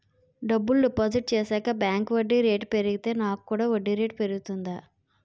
డబ్బులు డిపాజిట్ చేశాక బ్యాంక్ వడ్డీ రేటు పెరిగితే నాకు కూడా వడ్డీ రేటు పెరుగుతుందా?